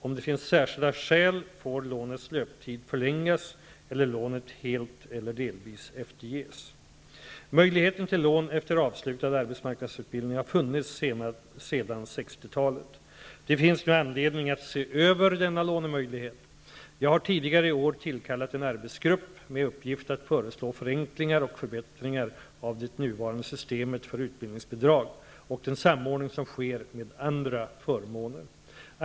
Om det finns särskilda skäl får lånets löptid förlängas eller lånet helt eller delvis efterges. Möjligheten till lån efter avslutad arbetsmarknadsutbildning har funnits sedan 1960 talet. Det finns nu anledning att se över denna lånemöjlighet. Jag har tidigare i år tillkallat en arbetsgrupp med uppgift att föreslå förenklingar och förbättringar av det nuvarande systemet för utbildningsbidrag och den samordning som sker med andra förmåner.